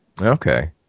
Okay